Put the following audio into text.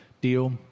deal